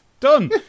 done